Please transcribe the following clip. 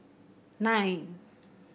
nine